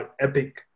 epic